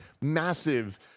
massive